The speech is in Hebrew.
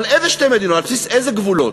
אבל איזה שתי מדינות, על בסיס איזה גבולות?